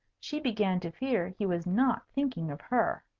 she began to fear he was not thinking of her.